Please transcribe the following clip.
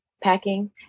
packing